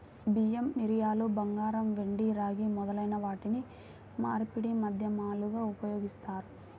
బియ్యం, మిరియాలు, బంగారం, వెండి, రాగి మొదలైన వాటిని మార్పిడి మాధ్యమాలుగా ఉపయోగిస్తారు